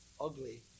ugly